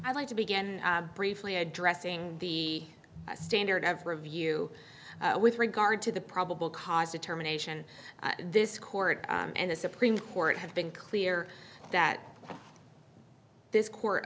i'd like to begin briefly addressing the standard of review with regard to the probable cause determination this court and the supreme court have been clear that this court